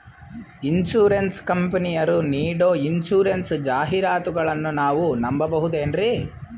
Insurance ಕಂಪನಿಯರು ನೀಡೋ insurance ಜಾಹಿರಾತುಗಳನ್ನು ನಾವು ನಂಬಹುದೇನ್ರಿ?